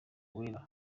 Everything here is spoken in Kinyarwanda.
wera